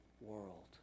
world